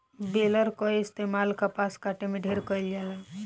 baler कअ इस्तेमाल कपास काटे में ढेर कइल जाला